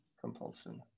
compulsion